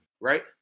right